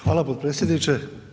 Hvala potpredsjedniče.